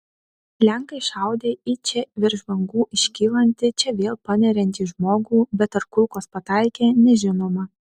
lenkai šaudę į čia virš bangų iškylantį čia vėl paneriantį žmogų bet ar kulkos pataikė nežinoma